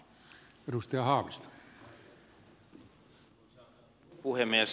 arvoisa puhemies